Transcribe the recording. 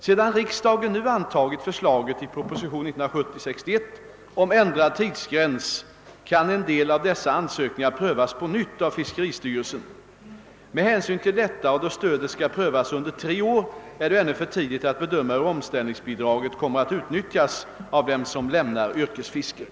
Sedan riksdagen nu antagit förslaget i proposition 61 år 1970 om änd rad tidsgräns kan en del av dessa ansökningar prövas på nytt av fiskeristyrelsen. Med hänsyn till detta och då stödet skall prövas under tre år är det ännu för tidigt att bedöma hur omställningsbidraget kommer att utnyttjas av dem som lämnar yrkesfisket.